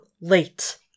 late